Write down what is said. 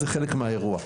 זה חלק מהאירוע.